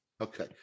Okay